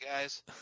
guys